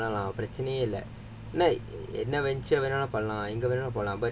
பிரச்சினையே இல்ல ஏனா என்ன வேணாலும் பண்ணலாம்:pirachanayae illa yaenaa enna venaalum pannalaam